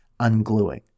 ungluing